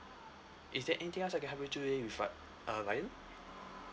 is there anything else I can help you today with uh uh ryan